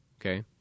okay